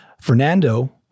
Fernando